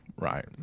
Right